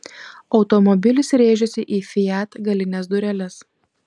automobilis rėžėsi į fiat galines dureles